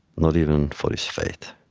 nor even for his faith.